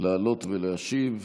לעלות ולהשיב,